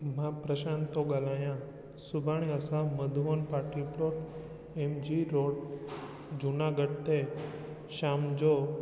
मां प्रशांत थो ॻाल्हायां सुभाणे असां मधूबन पार्टी प्रो ऐम जी रोड जूनागढ़ ते शाम जो